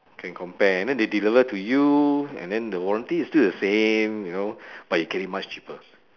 can compare and then they deliver to you and then the warranty is still the same you know but you get it much cheaper